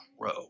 grow